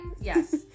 yes